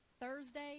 Thursday